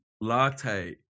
latte